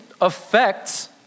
affects